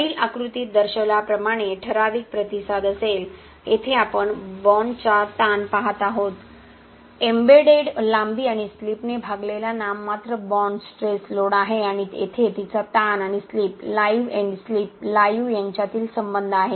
वरील आकृतीत दर्शविल्याप्रमाणे ठराविक प्रतिसाद असेल येथे आपण बाँडचा ताण पाहत आहोत एम्बेडेड लांबी आणि स्लिपने भागलेला नाममात्र बॉण्ड स्ट्रेस लोड आहे आणि येथे तिचा ताण आणि slip live end slip live यांच्यातील संबंध आहे